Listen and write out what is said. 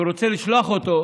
שהוא רוצה לשלוח אותו,